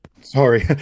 sorry